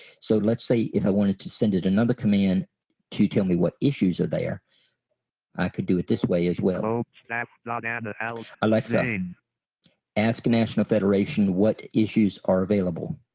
so let's say if i wanted to send it another command to tell me what issues are there i could do it this way as well. and alexa i mean ask national federation what issues are available.